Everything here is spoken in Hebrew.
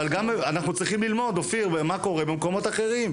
אנחנו צריכים ללמוד, אופיר מה קורה במקומות אחרים.